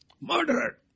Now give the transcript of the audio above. Murderer